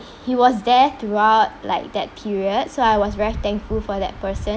he was there throughout like that period so I was very thankful for that person